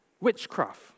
witchcraft